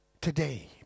today